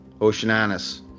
Oceananus